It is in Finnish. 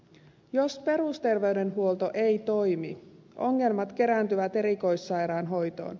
jos perusterveydenhuolto ei toimi ongelmat kerääntyvät erikoissairaanhoitoon